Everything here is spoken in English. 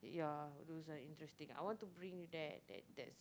yeah those are interesting I want to bring you there at that that's